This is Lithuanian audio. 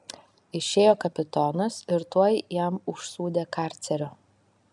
išėjo kapitonas ir tuoj jam užsūdė karcerio